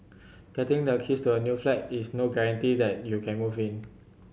getting the keys to a new flat is no guarantee that you can move in